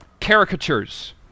Caricatures